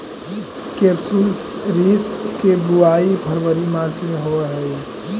केपसुलरिस के बुवाई फरवरी मार्च में होवऽ हइ